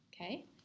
Okay